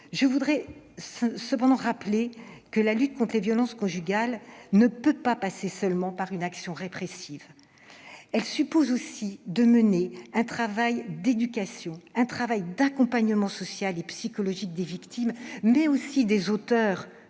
Je voudrais cependant rappeler que la lutte contre les violences conjugales ne passe pas seulement par une action répressive. Elle suppose aussi de mener un travail d'éducation et d'accompagnement social et psychologique des victimes, ainsi que des auteurs